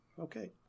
Okay